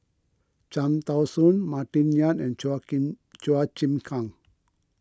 Cham Tao Soon Martin Yan and Chua King Chua Chim Kang